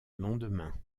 lendemain